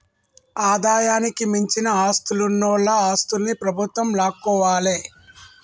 ఆదాయానికి మించిన ఆస్తులున్నోల ఆస్తుల్ని ప్రభుత్వం లాక్కోవాలే